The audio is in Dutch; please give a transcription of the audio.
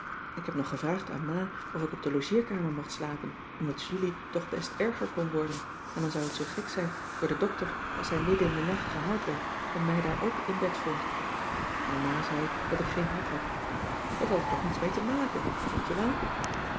ik heb nog gevraagd aan ma of ik op de logeerkamer mocht slapen omdat julie toch best erger kon worden en dan zou het zoo gek zijn voor den dokter als hij midden in den nacht gehaald werd en mij daar ook in bed vond maar ma zei dat ik geen hart heb dat had er toch niets mee te maken vind je wel